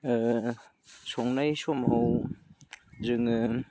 संनाय समाव जोङो